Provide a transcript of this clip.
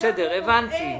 --- בסדר, הבנתי.